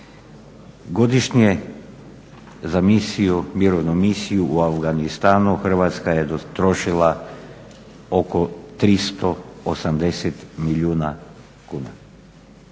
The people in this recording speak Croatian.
Godišnje za misiju, Mirovnu misiju u Afganistanu Hrvatska je trošila oko 380 milijuna.